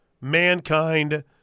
Mankind